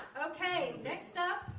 okay next up